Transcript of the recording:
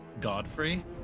Godfrey